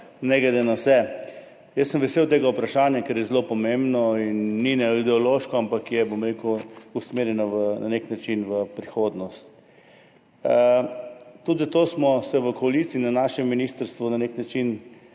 ne glede na vse, jaz sem vesel tega vprašanja, ker je zelo pomembno in ni ideološko, ampak je usmerjeno na nek način v prihodnost. Tudi zato smo si v koaliciji in na našem ministrstvu na nek način